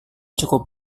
cukup